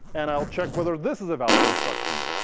and i'll check whether this is a valid instruction.